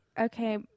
Okay